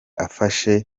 afashe